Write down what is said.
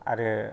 आरो